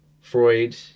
Freud